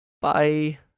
Bye